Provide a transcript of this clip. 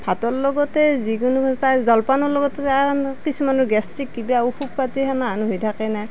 ভাতৰ লগতে যিকোনো এটা জলপানৰ লগত কিছুমানৰ গেষ্ট্ৰিক কিবা অসুখ পাতি হেনেহান হৈ থাকে নে